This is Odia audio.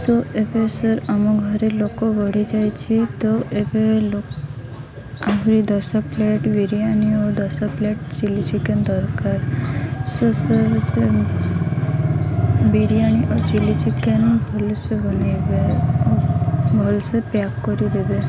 ସୋ ଏବେ ସାର୍ ଆମ ଘରେ ଲୋକ ବଢ଼ିଯାଇଛି ତ ଏବେ ଲୋ ଆହୁରି ଦଶ ପ୍ଲେଟ୍ ବିରିୟାନି ଓ ଦଶ ପ୍ଲେଟ୍ ଚିଲ୍ଲି ଚିକେନ୍ ଦରକାର ସୋ ସାର୍ ସେ ବିରିୟାନୀ ଓ ଚିଲ୍ଲି ଚିକେନ୍ ଭଲସେ ବନାଇବେ ଓ ଭଲସେ ପ୍ୟାକ୍ କରିଦେବେ